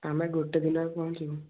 ଆମେ ଗୋଟେ ଦିନରେ ପହଞ୍ଚିବୁ